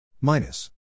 Minus